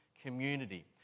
community